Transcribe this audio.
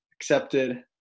accepted